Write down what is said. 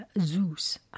Zeus